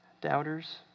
Doubters